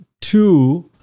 Two